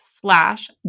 slash